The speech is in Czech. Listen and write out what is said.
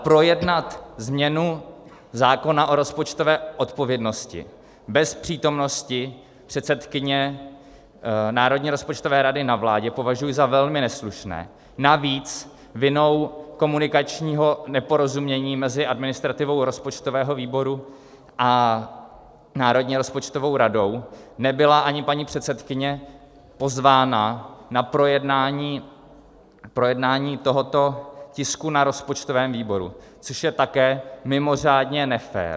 Projednat ale změnu zákona o rozpočtové odpovědnosti bez přítomnosti předsedkyně Národní rozpočtové rady na vládě považuji za velmi neslušné, navíc vinou komunikačního neporozumění mezi administrativou rozpočtového výboru a Národní rozpočtovou radou nebyla ani paní předsedkyně pozvána na projednání tohoto tisku na rozpočtovém výboru, což je také mimořádně nefér.